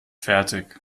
fertig